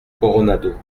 coronado